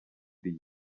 rio